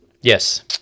Yes